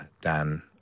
Dan